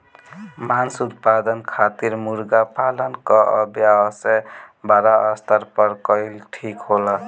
मांस उत्पादन खातिर मुर्गा पालन क व्यवसाय बड़ा स्तर पर कइल ठीक होला